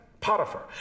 Potiphar